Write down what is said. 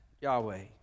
Yahweh